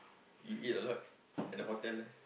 you eat a lot at the hotel there